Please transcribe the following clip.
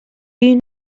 you